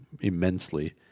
immensely